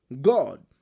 God